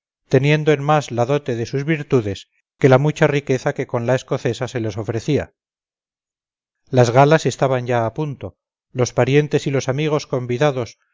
teniendo en más la dote de sus virtudes que la mucha riqueza que con la escocesa se les ofrecía las galas estaban ya a punto los parientes y los amigos convidados